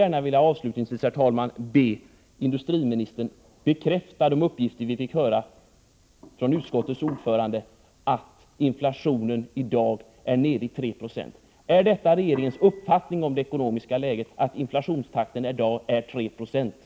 Jag vill avslutningsvis be industriministern att bekräfta de uppgifter vi fick höra från utskottets ordförande om att inflationen i dag är nere i 390. Är regeringens uppfattning om det ekonomiska läget att inflationen i dag är 3 90?